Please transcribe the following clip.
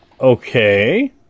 Okay